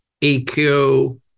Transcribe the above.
EQ